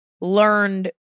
learned